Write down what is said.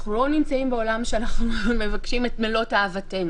אנחנו לא נמצאים בעולם שאנחנו מבקשים את מלוא תאוותנו.